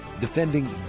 Defending